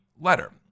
letter